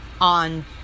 on